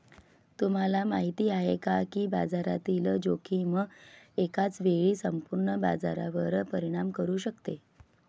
तुम्हाला माहिती आहे का की बाजारातील जोखीम एकाच वेळी संपूर्ण बाजारावर परिणाम करू शकते?